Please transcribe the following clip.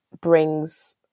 brings